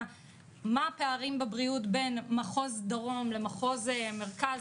מה הפערים בבריאות בין מחוז דרום למחוז מרכז,